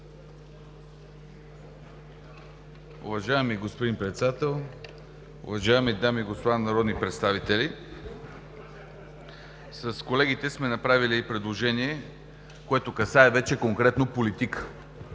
Уважаеми господин Председател, уважаеми дами и господа народни представители! С колегите сме направили предложение, което касае вече конкретно политика.